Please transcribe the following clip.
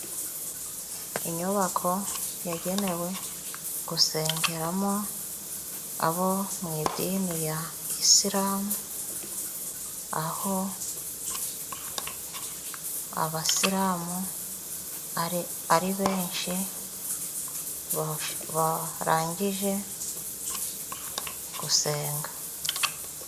Inyubako yagenewe gusengeramo abo mu idini ya Isilamu, aho Abasilamu ari benshi barangije gusenga.